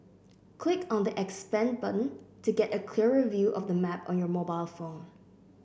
click on the expand button to get a clearer view of the map on your mobile phone